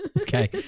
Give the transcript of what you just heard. Okay